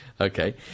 okay